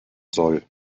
soll